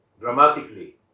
dramatically